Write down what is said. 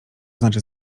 znaczy